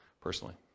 personally